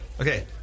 Okay